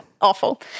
Awful